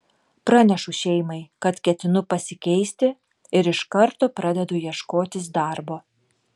pranešu šeimai kad ketinu pasikeisti ir iš karto pradedu ieškotis darbo